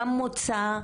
גם מוצא,